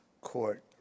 court